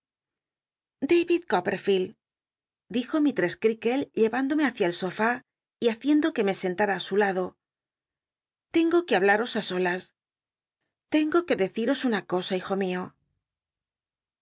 copperflcld dijo mistress crealde llevündome hácia el sol y haciendo que me sentata á sil lado tengo que hablaros a solas tengo que decitos una cosa hijo mio